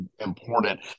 important